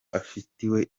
afitiwe